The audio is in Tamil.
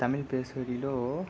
தமிழ் பேசுவதிலோ